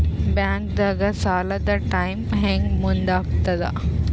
ಬ್ಯಾಂಕ್ದಾಗ ಸಾಲದ ಟೈಮ್ ಹೆಂಗ್ ಮುಂದಾಕದ್?